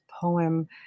poem